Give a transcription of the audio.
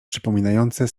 przypominające